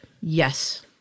Yes